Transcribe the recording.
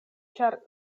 ĉar